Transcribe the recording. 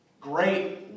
great